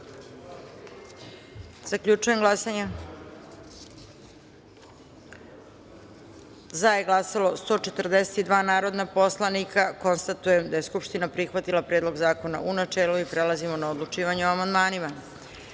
izjasnimo. Zaključujem glasanje: za je glasalo 142 narodna poslanika. Konstatujem da je Skupština prihvatila Predlog zakona u načelu. Prelazimo na odlučivanje o amandmanima. Na